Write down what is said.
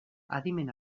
adimen